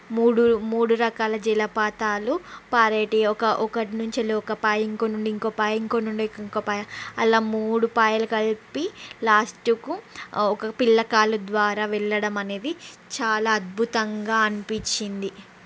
మూడు మూడు రకాల జలపాతాలు పారేటివి ఒక ఒకటి నుంచి వెళ్ళి ఒక పాయ ఇంకో నుండి ఇంకొ పాయ ఇంకో నుండి ఇంకో పాయ అలా మూడుపాయలు కలిపి లాస్ట్కు ఒక పిల్ల కాలువ ద్వారా వెళ్ళడం అనేది చాలా అద్భుతంగా అనిపించింది